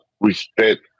respect